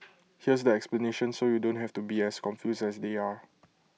here's the explanation so you don't have to be as confused as they are